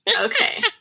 okay